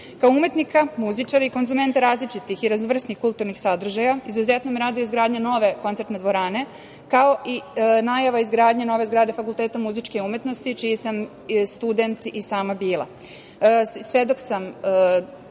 umetnika, muzičara i konzumenta različitih i raznovrsnih kulturnih sadržaja, izuzetno me raduje izgradnja nove koncertne dvorane, kao i najava izgradnje nove zgrade Fakulteta muzičke umetnosti, čiji sam student i sama bila.